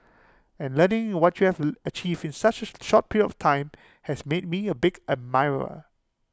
and learning what you have achieved in such A short period of time has made me A big admirer